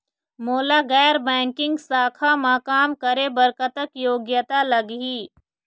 मोला गैर बैंकिंग शाखा मा काम करे बर कतक योग्यता लगही?